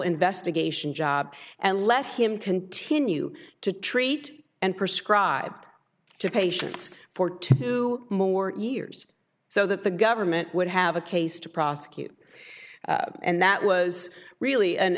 investigation job and let him continue to treat and prescribe to patients for two more years so that the government would have a case to prosecute and that was really